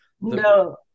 No